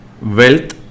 wealth